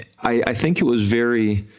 i think it was very,